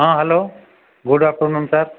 ହଁ hello good afternoon sir